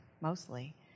mostly